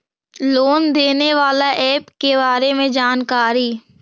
Loan देने बाला app के बारे मे जानकारी?